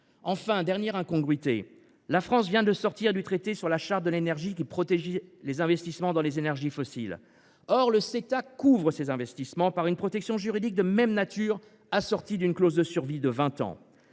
Enfin, dernière incongruité, la France vient de sortir du traité sur la Charte de l’énergie, qui protège les investissements dans les énergies fossiles. Or le Ceta octroie à ces investissements une protection juridique de même nature que le traité, en